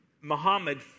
Muhammad